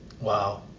Wow